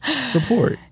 Support